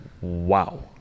Wow